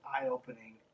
eye-opening